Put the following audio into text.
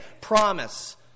promise